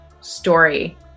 story